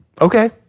Okay